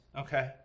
Okay